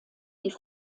die